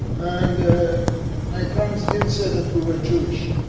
and my parents didn't say that we were jewish.